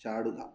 ചാടുക